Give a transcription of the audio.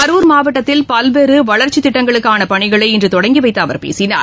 கரூர் மாவட்டத்தில் பல்வேற வளர்ச்சித் திட்டங்களுக்கான பணிகளை இன்று தொடங்கி வைத்து அவர் பேசினார்